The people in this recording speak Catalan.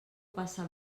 passa